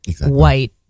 white